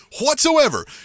whatsoever